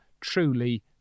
truly